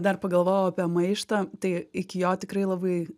dar pagalvojau apie maištą tai iki jo tikrai labai